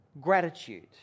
gratitude